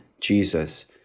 Jesus